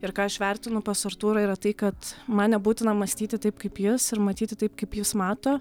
ir ką aš vertinu pas artūrą yra tai kad man nebūtina mąstyti taip kaip jis ir matyti taip kaip jis mato